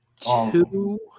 two